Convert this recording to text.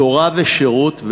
תורה ושירות,